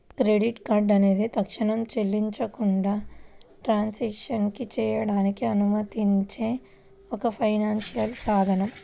credit card అనేది తక్షణమే చెల్లించకుండా ట్రాన్సాక్షన్లు చేయడానికి అనుమతించే ఒక ఫైనాన్షియల్ సాధనం